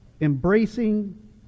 embracing